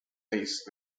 bass